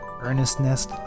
earnestness